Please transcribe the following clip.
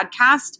podcast